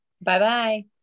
Bye-bye